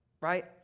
right